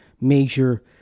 major